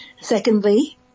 Secondly